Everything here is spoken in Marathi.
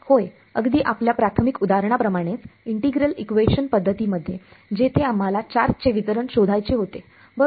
होय अगदी आपल्या प्राथमिक उदाहरणाप्रमाणेच इंटिग्रल इक्वेशन पद्धतीमध्ये जेथे आम्हाला चार्ज चे वितरण शोधायचे होते बरोबर